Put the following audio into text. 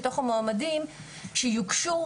מתוך המועמדים שיושגו,